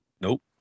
Nope